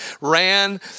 ran